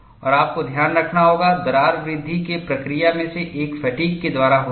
और आपको ध्यान रखना होगा दरार वृद्धि के प्रक्रिया में से एक फ़ैटिग् के द्वारा होती है